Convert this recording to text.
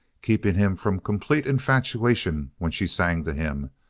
keeping him from complete infatuation when she sang to him,